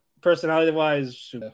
Personality-wise